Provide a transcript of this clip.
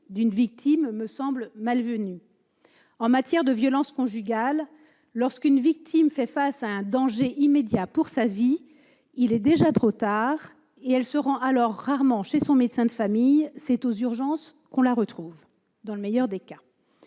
d'une victime me semble malvenue. En matière de violences conjugales, lorsqu'une victime fait face à un danger immédiat pour sa vie, il est déjà trop tard et, dans cette circonstance, on se rend rarement chez son médecin de famille ; c'est aux urgences qu'on la retrouvera, dans le meilleur des cas